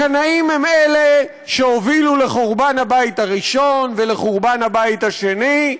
הקנאים הם שהובילו לחורבן הבית הראשון ולחורבן הבית השני,